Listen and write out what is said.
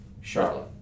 Charlotte